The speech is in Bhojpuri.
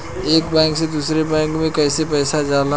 एक बैंक से दूसरे बैंक में कैसे पैसा जाला?